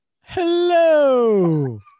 Hello